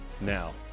now